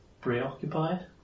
Preoccupied